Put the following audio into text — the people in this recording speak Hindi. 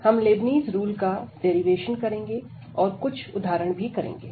हम लेबनीज़ रूल का डेरिवेशन करेंगे तथा कुछ उदाहरण भी करेंगे